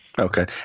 Okay